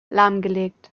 lahmgelegt